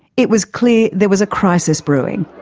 it was clear there was a crisis brewing.